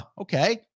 Okay